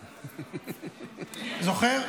זוכר?